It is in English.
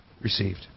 received